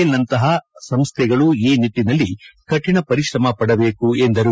L ನಂತಹ ಸಂಸೈಗಳು ಈ ನಿಟ್ಟಿನಲ್ಲಿ ಕಠಿಣ ಪರಿಶ್ರಮ ಪಡಬೇಕೆಂದರು